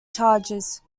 charges